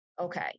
okay